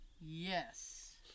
Yes